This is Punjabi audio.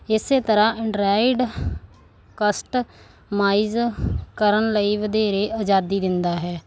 ਇਸ ਤਰ੍ਹਾਂ ਐਂਡਰਾਇਡ ਕਸਟਮਾਈਜ਼ ਕਰਨ ਲਈ ਵਧੇਰੇ ਆਜ਼ਾਦੀ ਦਿੰਦਾ ਹੈ